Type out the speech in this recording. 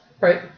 Right